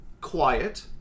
Quiet